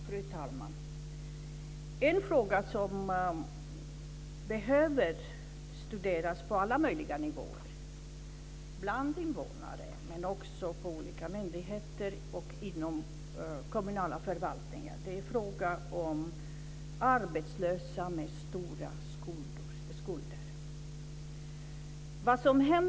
Fru talman! En fråga som behöver studeras på alla möjliga nivåer, ute bland invånarna, på olika myndigheter och inom kommunala förvaltningar, är situationen för arbetslösa med stora skulder.